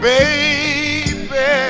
Baby